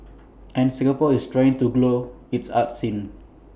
and Singapore is still trying to grow its arts scene